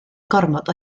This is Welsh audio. gormod